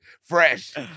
Fresh